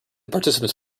participants